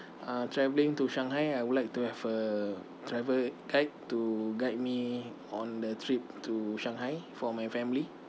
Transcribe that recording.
uh travelling to shanghai I would like to have a travel guide to guide me on the trip to shanghai for my family